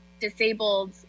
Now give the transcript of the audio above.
disabled